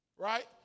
Right